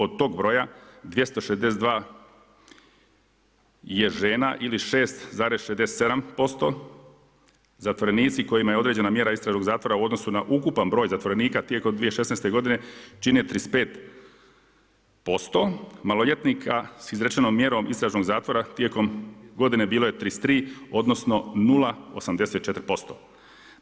Od tog broja 262 je žena ili 6,67% zatvorenici kojima je određena mjera istražnog zatvora u odnosu na ukupan broj zatvorenika tijekom 2016. godine čine 35% maloljetnika sa izrečenom mjerom istražnog zatvora tijekom godine bilo je 33, odnosno 0,84%